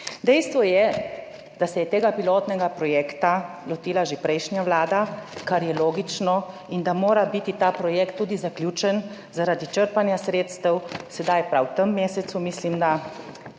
Dejstvo je, da se je tega pilotnega projekta lotila že prejšnja vlada, kar je logično, in da mora biti ta projekt tudi zaključen zaradi črpanja sredstev, prav v tem mesecu, mislim da,